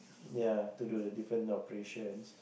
ya today different operations